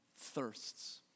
thirsts